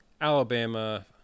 Alabama